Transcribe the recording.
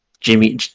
jimmy